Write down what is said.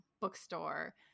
bookstore